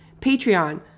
Patreon